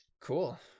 Cool